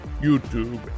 YouTube